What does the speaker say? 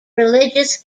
religious